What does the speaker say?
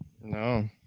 no